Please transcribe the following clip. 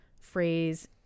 phrase